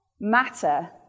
matter